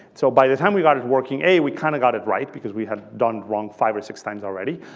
so by the time we got it working a, we kind of got it right because we had done wrong five or six times already,